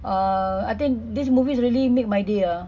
uh I think these movies really make my day ah